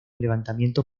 levantamiento